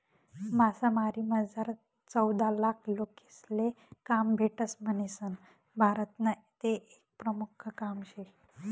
मासामारीमझार चौदालाख लोकेसले काम भेटस म्हणीसन भारतनं ते एक प्रमुख काम शे